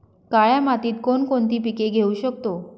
काळ्या मातीत कोणकोणती पिके घेऊ शकतो?